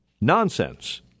nonsense